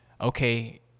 Okay